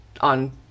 on